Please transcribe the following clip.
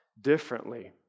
differently